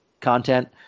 content